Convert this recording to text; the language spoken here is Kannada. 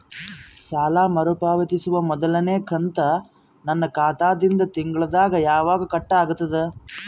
ಸಾಲಾ ಮರು ಪಾವತಿಸುವ ಮೊದಲನೇ ಕಂತ ನನ್ನ ಖಾತಾ ದಿಂದ ತಿಂಗಳದಾಗ ಯವಾಗ ಕಟ್ ಆಗತದ?